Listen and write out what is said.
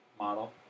model